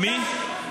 מי?